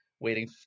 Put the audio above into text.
waiting